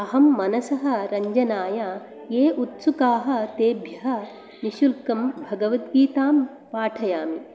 अहं मनसः रञ्जनाय ये उत्सुकाः तेभ्यः निशुल्कं भगवद्गीतां पाठयामि